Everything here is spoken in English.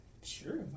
Sure